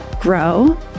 grow